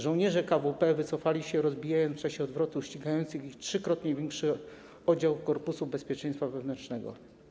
Żołnierze KWP wycofali się, rozbijając w czasie odwrotu ścigający ich trzykrotnie większy odział Korpusu Bezpieczeństwa Wewnętrznego.